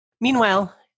Meanwhile